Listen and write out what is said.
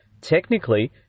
technically